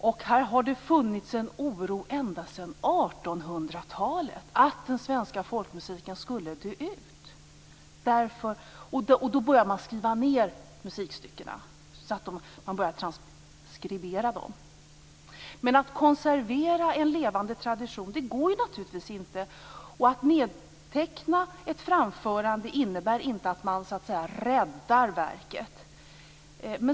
Det har funnits en oro ända sedan 1800-talet att den svenska folkmusiken skulle dö ut. Därför började man transkribera musikstyckena. Men att konservera en levande tradition går naturligtvis inte, och att nedteckna ett framförande innebär inte att man så att säga räddar verket.